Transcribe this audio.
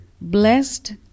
Blessed